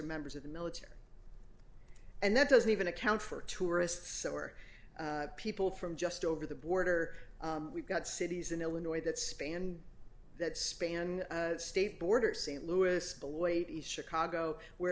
members of the military and that doesn't even account for tourists or people from just over the border we've got cities in illinois that spanned that span state border st louis beloit is chicago where